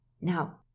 Now